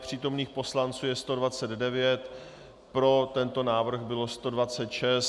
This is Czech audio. Přítomných poslanců je 129, pro tento návrh bylo 126.